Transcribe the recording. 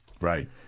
Right